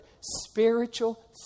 spiritual